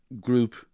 group